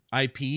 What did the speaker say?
IP